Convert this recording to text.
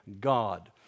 God